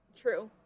true